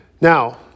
Now